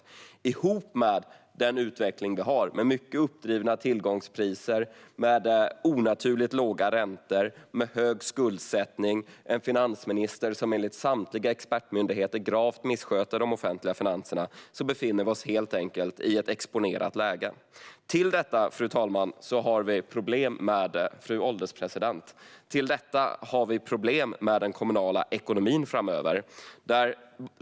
Tillsammans med den utveckling som vi har med mycket uppdrivna tillgångspriser, med onaturligt låga räntor, med hög skuldsättning, en finansminister som enligt samtliga expertmyndigheter gravt missköter de offentliga finanserna befinner vi oss helt enkelt i ett exponerat läge. Fru ålderspresident! Till detta har vi problem med den kommunala ekonomin framöver.